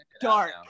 dark